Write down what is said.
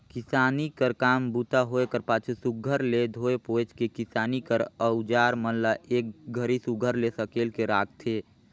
किसानी कर काम बूता होए कर पाछू सुग्घर ले धोए पोएछ के किसानी कर अउजार मन ल एक घरी सुघर ले सकेल के राखथे